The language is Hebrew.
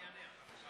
אני אשיב.